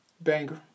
Banger